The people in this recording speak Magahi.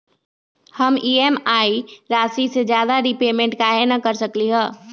हम ई.एम.आई राशि से ज्यादा रीपेमेंट कहे न कर सकलि ह?